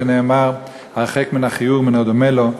כי נאמר: הרחק מן הכיעור ומן הדומה לו,